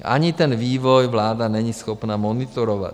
Ani ten vývoj vláda není schopna monitorovat.